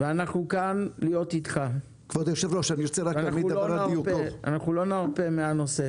ואנחנו כאן להיות איתך, אנחנו לא נרפה מהנושא